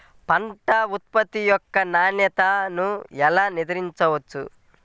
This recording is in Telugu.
పంట ఉత్పత్తి యొక్క నాణ్యతను ఎలా నిర్ధారించవచ్చు?